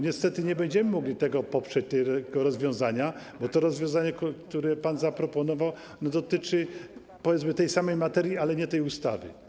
Niestety nie będziemy mogli poprzeć tego rozwiązania, bo rozwiązanie, które pan zaproponował, dotyczy tej samej materii, ale nie tej ustawy.